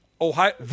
Ohio